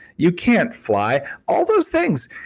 you can't fly. all those things.